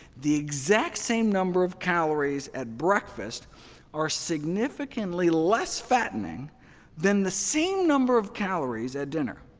the exact same number of calories at breakfast are significantly less fattening than the same number of calories at dinner.